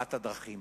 ומפת הדרכים.